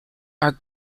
are